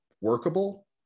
workable